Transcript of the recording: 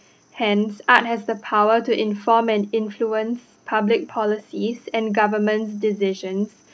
hence art has the power to inform and influence public policies and government decisions